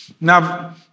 Now